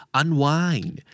unwind